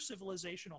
civilizational